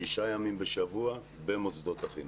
שישה ימים בשבוע במוסדות החינוך.